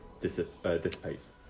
dissipates